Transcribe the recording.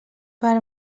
per